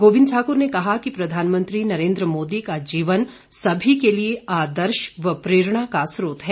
गोविंद ठाकुर ने कहा कि प्रधानमंत्री नरेन्द्र मोदी का जीवन सभी के लिए आदर्श व प्रेरणा का स्रोत है